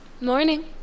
Morning